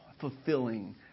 fulfilling